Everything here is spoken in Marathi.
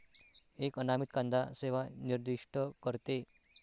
एक अनामित कांदा सेवा निर्दिष्ट करते